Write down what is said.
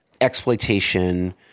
exploitation